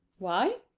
why?